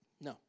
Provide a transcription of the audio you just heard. No